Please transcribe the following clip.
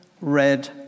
red